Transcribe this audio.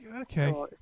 Okay